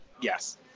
yes